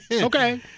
Okay